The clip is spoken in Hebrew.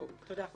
תודה.